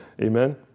Amen